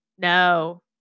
no